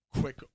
quick